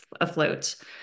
afloat